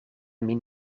min